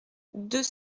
deux